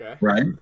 right